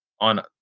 on